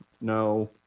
no